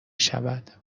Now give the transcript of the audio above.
شود